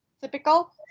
typical